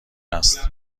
است